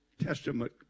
Testament